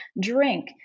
drink